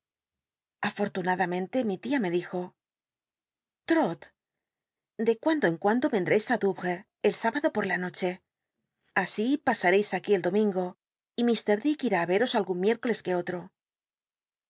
afortunadamente mi tia me dijo l'rol decu mdo en cuando vendréis á douvrcs el sábado por la noche así pasareis aquí el do mingo y ilr dick irá á veros algun miétcoles que otro